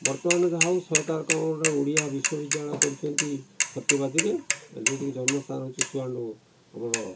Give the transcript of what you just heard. ବର୍ତ୍ତମାନ ଯାହା ହେଉ ସରକାର କ'ଣ ଗୋଟା ଓଡ଼ିଆ ବିଶ୍ୱ ବିଦ୍ୟାଳୟ କରିଛନ୍ତି ସତ୍ୟବାଦୀରେ ଯେଉଁଟିକି ଜନ୍ମସ୍ଥାନ ହେଉଛି ସୁଆଣ୍ଡୋ ଆମର